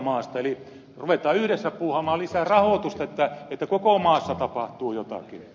eli ruvetaan yhdessä puuhaamaan lisää rahoitusta niin että koko maassa tapahtuu jotakin